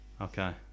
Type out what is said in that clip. okay